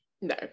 No